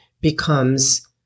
becomes